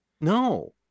No